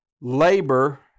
labor